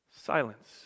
Silence